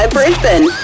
Brisbane